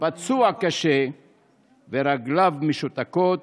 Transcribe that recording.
/ פצוע קשה ורגליו משותקות,